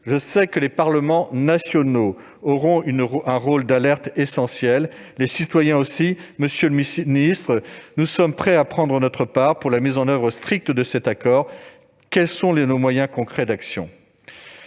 ce titre, les parlements nationaux auront un rôle d'alerte essentiel, tout comme les citoyens. Monsieur le secrétaire d'État, nous sommes prêts à prendre notre part pour la mise en oeuvre stricte de cet accord. Quels sont nos moyens concrets d'action ?